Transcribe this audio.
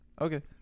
okay